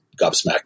gobsmacked